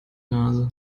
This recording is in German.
nase